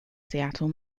seattle